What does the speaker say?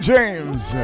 James